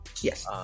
Yes